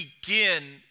begin